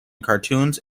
cartoons